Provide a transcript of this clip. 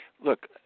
look –